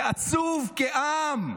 זה עצוב, כעם.